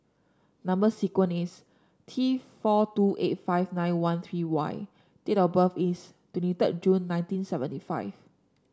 number sequence is T four two eight five nine one three Y date of birth is twenty third June nineteen seventy five